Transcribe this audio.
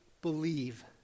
believe